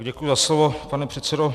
Děkuji za slovo, pane předsedo.